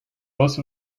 most